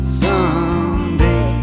someday